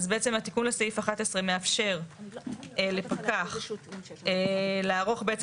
אז בעצם התיקון לסעיף 11 מאפשר לפקח לערוך בעצם